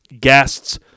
guests